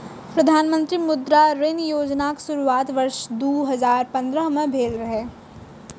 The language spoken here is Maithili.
प्रधानमंत्री मुद्रा ऋण योजनाक शुरुआत वर्ष दू हजार पंद्रह में भेल रहै